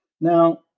Now